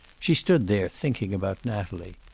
she stood there, thinking about natalie.